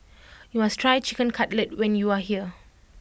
you must try Chicken Cutlet when you are here